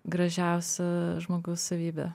gražiausia žmogaus savybė